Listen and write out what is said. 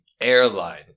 airline